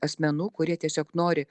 asmenų kurie tiesiog nori